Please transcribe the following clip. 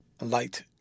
Light